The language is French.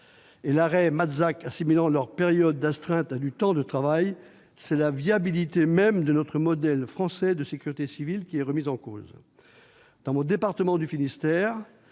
cet arrêt assimilant leurs périodes d'astreinte à du temps de travail, c'est la viabilité même de notre modèle français de sécurité civile qui est remise en cause. Mon département du Finistère